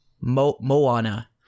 Moana